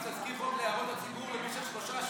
תזכיר חוק להערות הציבור למשך שלושה שבועות,